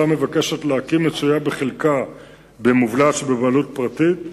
2-1. פיקוד העורף סיים את פעולות המיגון של גני-הילדים בשדרות,